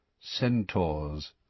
Centaurs